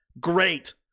Great